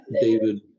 David